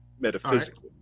metaphysically